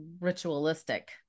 ritualistic